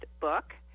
book